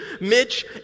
Mitch